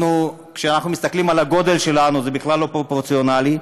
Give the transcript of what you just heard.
וכשאנחנו מסתכלים על הגודל שלנו זה בכלל לא פרופורציונלי,